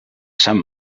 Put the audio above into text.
sant